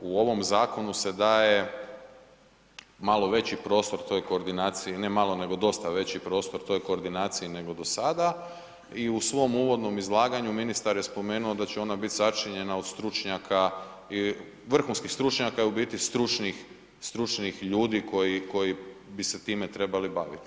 U ovom zakonu se daje malo veći prostor toj koordinaciji, ne malo nego dosta veći prostor toj koordinaciji nego do sada i u svom uvodnom izlaganju ministar je spomenuo da će ona bit sačinjena od stručnjaka i, vrhunskih stručnjaka i u biti stručnih ljudi koji bi se time trebali baviti.